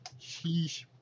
Sheesh